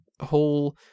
whole